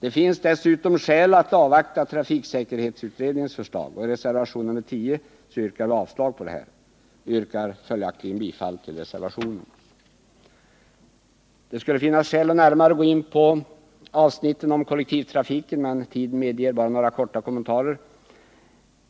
Det finns dessutom skäl att avvakta trafiksäkerhetsutredningens förslag. I reservation nr 10 yrkar vi avslag på vad utskottsmajoriteten föreslagit. Jag yrkar följaktligen bifall till reservationen. Det skulle finnas skäl att närmare gå in på avsnittet om kollektivtrafiken, men tiden medger bara några korta kommentarer.